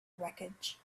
wreckage